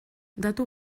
datu